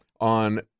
on